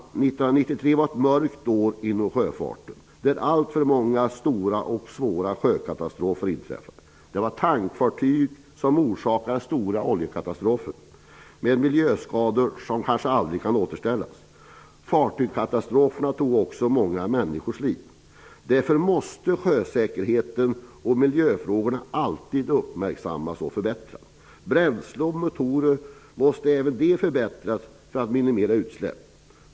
1993 var ett mörkt år inom sjöfarten. Då inträffade alltför många stora och svåra sjöfartskatastrofer. Tankfartyg orsakade stora oljekatastrofer, vilka medförde miljöskador som kanske aldrig kan återställas. Fartygskatastroferna tog också många människors liv. Därför måste sjösäkerheten och miljön alltid uppmärksammas och förbättras. Även bränsle och motorer måste förbättras så att utsläppen minimeras.